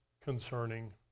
concerning